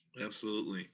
absolutely